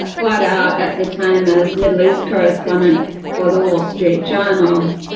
flat out at the time as middle east correspondent for the wall street journal.